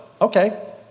Okay